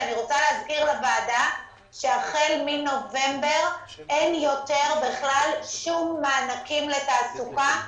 אני רוצה להזכיר לוועדה שהחל מנובמבר אין יותר בכלל שום מענקים לתעסוקה,